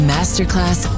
Masterclass